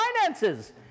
finances